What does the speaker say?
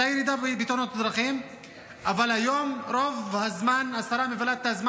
הייתה ירידה בתאונות הדרכים,